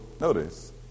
notice